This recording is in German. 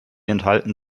enthalten